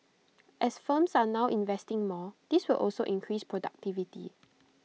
as firms are now investing more this will also increase productivity